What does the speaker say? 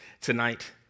tonight